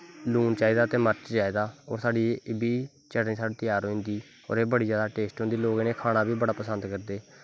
लून चाही दा ते मर्च चाहिदा होर एह् बी चटनी साढ़ी त्यार होई जंदी होर एह् बड़ी जैदा टेस्ट होंदी लोग खाना बी बड़ा पसंद करदे